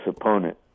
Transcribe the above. opponent